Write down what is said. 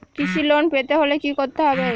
কৃষি লোন পেতে হলে কি করতে হবে?